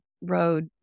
road